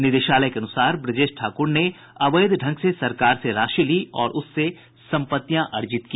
निदेशालय के अनुसार ब्रजेश ठाकुर ने अवैध ढंग से सरकार से राशि ली और उससे संपत्तियां अर्जित की